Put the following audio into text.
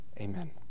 Amen